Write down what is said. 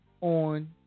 on